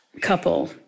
couple